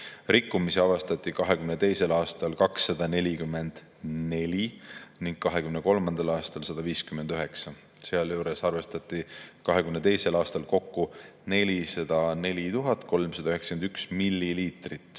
Rikkumisi avastati 2022. aastal 244 ning 2023. aastal 159. Sealjuures avastati 2022. aastal kokku 404 391 milliliitrit